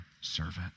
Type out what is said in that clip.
servant